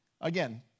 again